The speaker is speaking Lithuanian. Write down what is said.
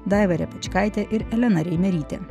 daiva repečkaitė ir elena reimerytė